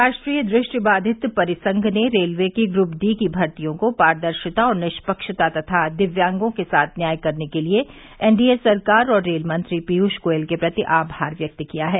राष्ट्रीय दृष्टिबाधित परिसंघ ने रेलवे की ग्रुप डी की भर्तियों को पारदर्शिता और निष्पक्षता तथा दिव्यांगों के साथ न्याय करने के लिए एनडी ए सरकार और रेल मंत्री पीयूष गोयल के प्रति आभार व्यक्त किया है